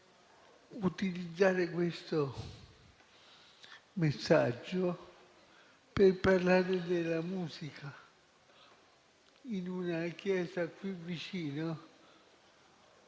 utilizzare questo messaggio per parlare della musica. In una chiesa qui vicino